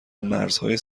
مرزهای